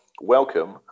welcome